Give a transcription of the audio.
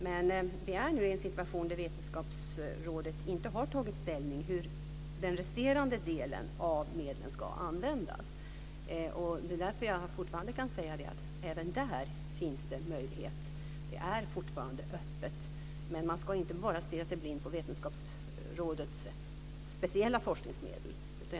Men vi är nu i en situation där Vetenskapsrådet inte har tagit ställning till hur den resterande delen ska användas. Det är därför jag kan säga att även där finns det möjlighet. Det är fortfarande öppet. Men man ska inte bara stirra sig blind på Vetenskapsrådets speciella forskningsmedel.